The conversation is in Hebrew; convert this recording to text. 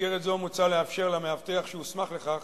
במסגרת זו מוצע לאפשר למאבטח שהוסמך לכך